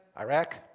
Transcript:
Iraq